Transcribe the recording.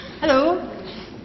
Hello